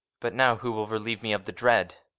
but now who will relieve me of the dread?